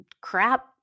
crap